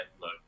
look